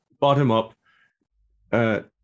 bottom-up